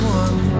one